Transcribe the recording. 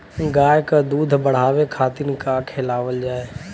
गाय क दूध बढ़ावे खातिन का खेलावल जाय?